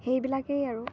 সেইবিলাকেই আৰু